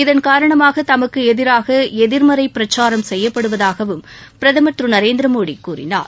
இதன்காரணமாக தமக்கு எதிராக எதிர்மறை பிரச்சாரம் செய்யப்படுவதாகவும் பிரதமர் திரு நரேந்திர மோடி கூறினார்